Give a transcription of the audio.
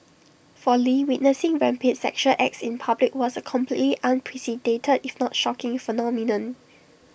for lee witnessing rampant sexual acts in public was A completely unprecedented if not shocking phenomenon